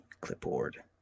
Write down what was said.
clipboard